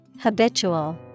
Habitual